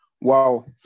Wow